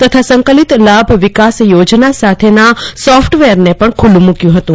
તથા સંકલિત લાભ વિકાસ યોજના સાથેના સોફટવેરને પણ ખૂલ્લું મૂક્યું હતું